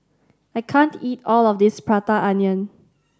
I can't eat all of this Prata Onion